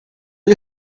you